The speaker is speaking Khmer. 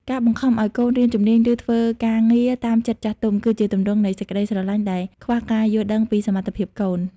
ការបង្ខំឱ្យកូនរៀនជំនាញ ឬធ្វើការងារតាមចិត្តចាស់ទុំ គឺជាទម្រង់នៃសេចក្តីស្រឡាញ់ដែលខ្វះការយល់ដឹងពីសមត្ថភាពកូន។